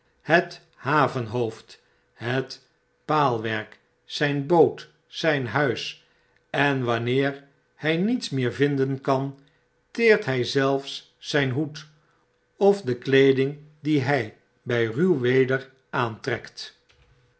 het havenhoofd het paalwerk zyn boot zijn huis en wanneer hy niets meer vinden kan teert by zelfs zyn hoed of de kleeding die hij bij ruw weder aantrekt